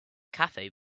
cafe